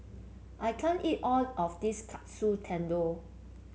I can't eat all of this Katsu Tendon